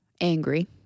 angry